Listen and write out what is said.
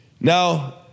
Now